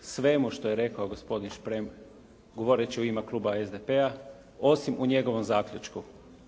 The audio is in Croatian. svemu što je rekao gospodin Šprem govoreći u ime Kluba SDP-a osim u njegovom zaključku.